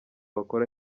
bakora